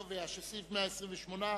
של קבוצת סיעת קדימה לסעיף 125(4)